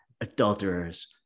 adulterers